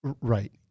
Right